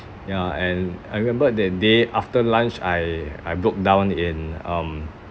ya and I remember that day after lunch I I broke down in um